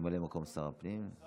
ממלא מקום שר הפנים,